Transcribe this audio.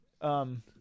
Um-